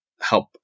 help